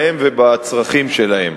בהם ובצרכים שלהם.